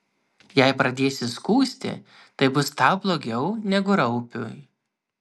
jei pradėsi skųsti tai bus tau blogiau negu raupiui